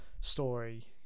story